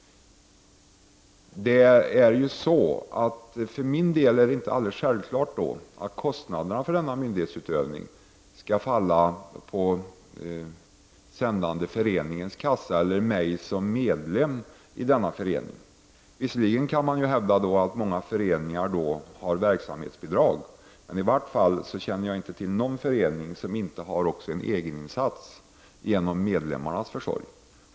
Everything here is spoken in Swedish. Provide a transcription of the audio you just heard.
För min del tycker jag att det inte är alldeles självklart att kostnaderna för denna myndighetsutövning skall falla på den sändande föreningens kassa eller mig som medlem i denna förening. Naturligtvis kan man hävda att många föreningar får verksamhetsbidrag. I varje fall känner jag inte till någon förening som inte har egen insats genom medlemmarnas försorg.